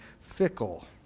fickle